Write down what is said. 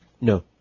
No